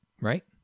Right